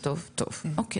טוב, אוקי.